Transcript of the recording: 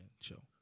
show